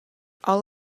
all